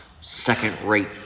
second-rate